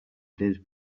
did